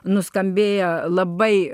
nuskambėjo labai